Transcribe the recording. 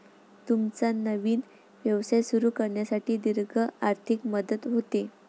तुमचा नवीन व्यवसाय सुरू करण्यासाठी दीर्घ आर्थिक मदत होते